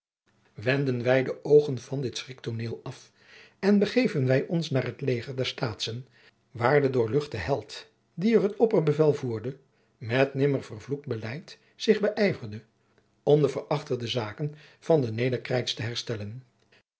wenden wij de oogen van dit schriktooneel af en begeven wij ons naar het leger der staatschen waar de doorluchte held die er het opperbevel voerde met nimmer verkloekt beleid zich beijverde om de verachterde zaken van de nederkreits te herstellen